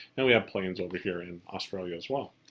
and we have plains over here in australia as well.